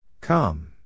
Come